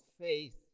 faith